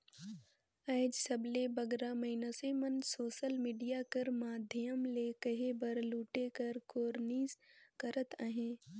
आएज सबले बगरा मइनसे मन सोसल मिडिया कर माध्यम ले कहे बर लूटे कर कोरनिस करत अहें